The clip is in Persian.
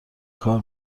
کار